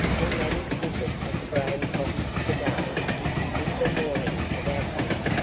and that his visit at the graham cottage today is to give them warning of our coming,